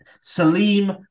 Salim